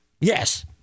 Yes